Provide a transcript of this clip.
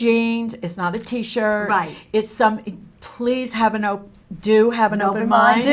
jeans it's not a t shirt right it's some please have an i do have an open mind